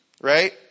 right